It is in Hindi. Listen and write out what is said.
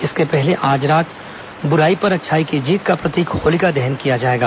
इसके पहले आज रात बुराई पर अच्छाई की जीत का प्रतीक होलिका दहन किया जाएगा